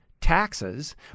taxes